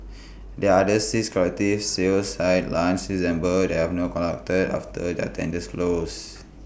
there are six collective sale sites launched since December that have not after their tenders closed